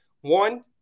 One